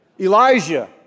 Elijah